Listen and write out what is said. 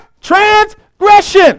transgression